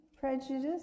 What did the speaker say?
prejudice